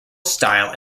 style